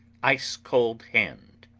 ice-cold hand!